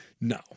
No